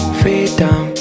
freedom